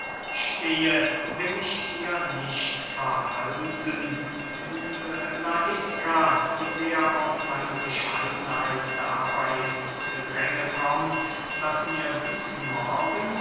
stehe will ich dir nicht verhalten liebe laiska wie sehr auch meine bescheidenheit dabey ins gedränge kommt daß mir diesen morgen